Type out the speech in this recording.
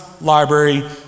library